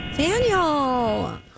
Daniel